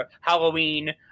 Halloween